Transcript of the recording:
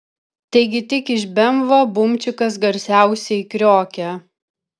taigi tik iš bemvo bumčikas garsiausiai kriokia